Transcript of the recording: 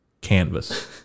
canvas